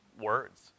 words